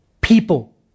people